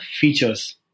features